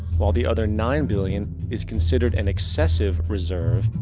while the other nine billion is considered an excessive reserve,